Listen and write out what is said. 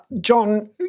John